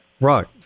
Right